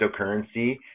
cryptocurrency